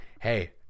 hey